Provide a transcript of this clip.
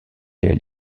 réelle